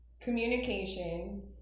communication